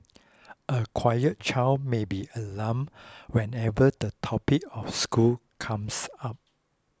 a quiet child may be alarmed whenever the topic of school comes up